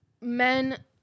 men